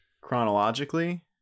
chronologically